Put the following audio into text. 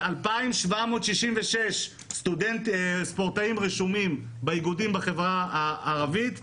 2,766 ספורטאים רשומים באיגודים בחברה הערבית,